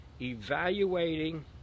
evaluating